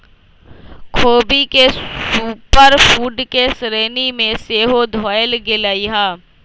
ख़ोबी के super food के श्रेणी में सेहो धयल गेलइ ह